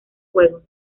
juego